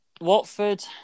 Watford